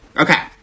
okay